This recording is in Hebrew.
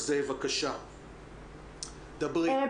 בבקשה, תדברי.